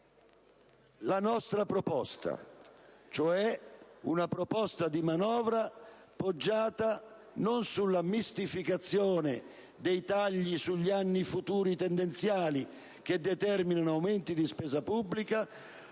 la nostra proposta di manovra, che non è poggiata sulla mistificazione dei tagli sugli anni futuri tendenziali, che determinano aumenti di spesa pubblica,